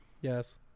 Yes